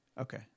Okay